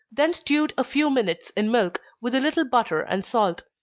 then stewed a few minutes in milk, with a little butter and salt.